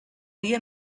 dia